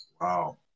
Wow